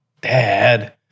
dad